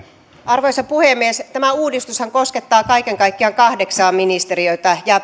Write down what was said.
arvoisa puhemies tämä uudistushan koskettaa kaiken kaikkiaan kahdeksaa ministeriötä ja